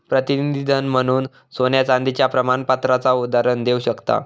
प्रतिनिधी धन म्हणून सोन्या चांदीच्या प्रमाणपत्राचा उदाहरण देव शकताव